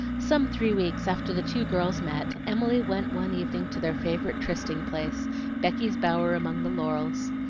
some three weeks after the two girls met, emily went one evening to their favorite trysting-place becky's bower among the laurels.